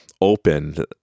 open